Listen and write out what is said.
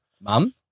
Mum